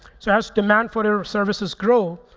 so as demand for your services grow,